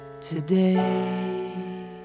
today